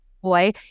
Boy